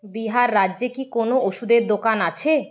বিহার রাজ্যে কি কোনও ওষুধের দোকান আছে